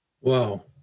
Wow